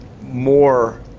more